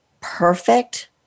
perfect